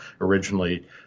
originally